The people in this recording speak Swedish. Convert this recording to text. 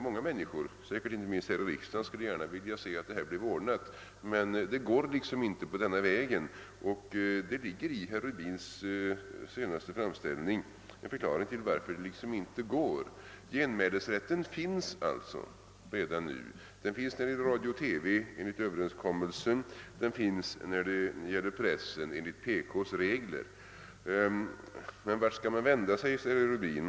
Många människor — säkerligen inte minst här i riksdagen — skulle gärna se att denna fråga löstes, men det går inte på den här vägen. Förklaringen ges av herr Rubin i hans senaste anförande. Genmälesrätten finns alltså redan nu, beträffande radio/TV enligt överenskommelser, beträffande pressen enligt PK:s regler. Men vart skall man vända sig? frågar herr Rubin.